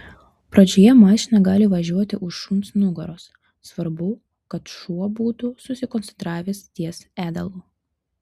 pradžioje mašina gali važiuoti už šuns nugaros svarbu kad šuo būtų susikoncentravęs ties ėdalu